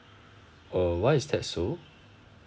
oh why is that so